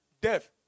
death